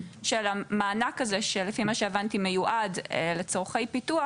שלמענק הזה שלפי מה שהבנתי מיועד לצורכי פיתוח,